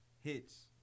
Hits